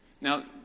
Now